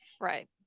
right